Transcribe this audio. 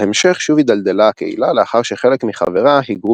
בהמשך שוב הידלדלה הקהילה לאחר שחלק מחבריה היגרו